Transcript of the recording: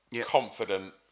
confident